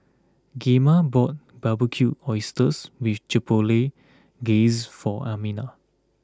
Gemma bought Barbecued Oysters with Chipotle Glaze for Amina